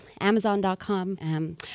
amazon.com